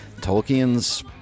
Tolkien's